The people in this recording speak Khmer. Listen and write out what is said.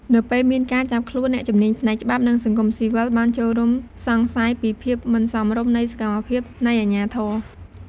នៅពេលមានការចាប់ខ្លួន អ្នកជំនាញផ្នែកច្បាប់ និងសង្គមស៊ីវិលបានចូលរួមសង្ស័យពីភាពមិនសមរម្យនៃសកម្មភាពនៃអាជ្ញាធរ។